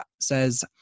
says